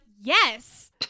Yes